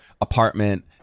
apartment